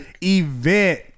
event